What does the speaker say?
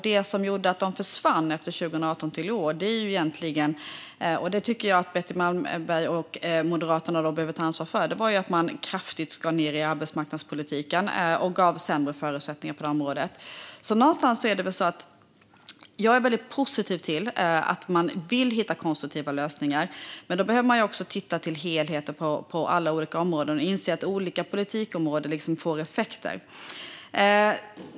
Det som gjorde att de försvann efter 2018 till i år, vilket jag tycker att Betty Malmberg och Moderaterna behöver ta ansvar för, var att man kraftigt skar ned i arbetsmarknadspolitiken och gav sämre förutsättningar på det området. Jag är väldigt positiv till att man vill hitta konstruktiva lösningar, men man behöver också se till helheten på alla olika områden och inse att olika politikområden får effekter.